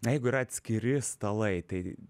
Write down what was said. na jeigu yra atskiri stalai tai